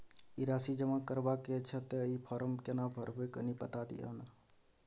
ई राशि जमा करबा के छै त ई फारम केना भरबै, कनी बता दिय न?